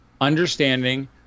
understanding